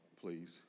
please